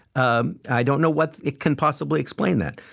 um i don't know what can possibly explain that,